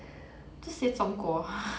just say 中国